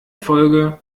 folge